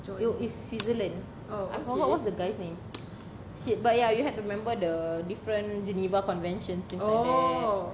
it it's switzerland I forgot what's the guy's name shit but ya you have to remember the different geneva conventions things like that